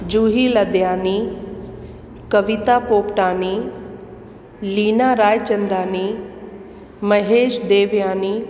Juhi Ladyani Kavita Popatani Leena Raichandani Mahesh Devyani